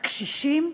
הקשישים?